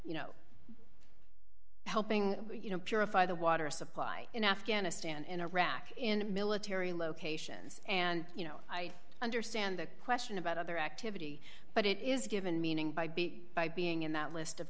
you know helping you know purify the water supply in afghanistan in iraq in military locations and you know i understand the question about other activity but it is given meaning by by being in that list of